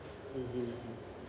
mmhmm